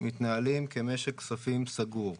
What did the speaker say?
מתנהלים כמשק כספים סגור.